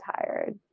tired